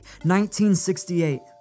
1968